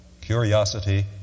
Curiosity